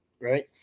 Right